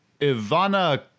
Ivana